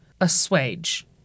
assuage